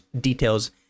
details